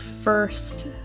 first